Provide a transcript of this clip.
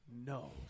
no